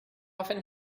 often